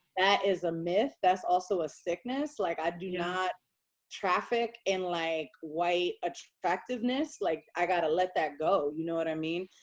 that is a myth. that's also a sickness. like i do not traffic in like white attractiveness. like, i gotta let that go, you know what i mean?